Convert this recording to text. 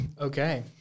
Okay